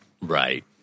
Right